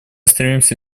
стремимся